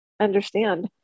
understand